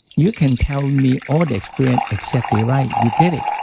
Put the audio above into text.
you can tell me all the experience exactly right. you get it.